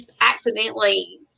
accidentally